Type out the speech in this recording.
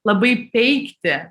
labai peikti